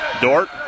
Dort